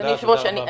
תודה רבה.